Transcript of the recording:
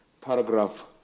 paragraph